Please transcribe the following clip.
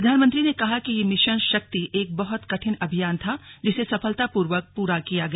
प्रधानमंत्री ने कहा कि यह मिशन शक्ति एक बहत कठिन अभियान था जिसे सफलतापूर्वक पूरा किया गया